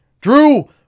Drew